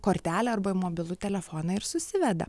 kortelę arba mobilų telefoną ir susiveda